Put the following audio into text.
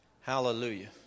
Hallelujah